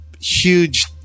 huge